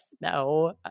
No